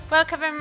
Welcome